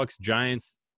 Giants